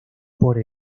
por